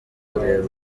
kureba